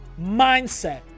mindset